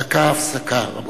דקה הפסקה, רבותי.